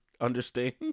understand